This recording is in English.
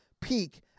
peak